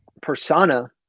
persona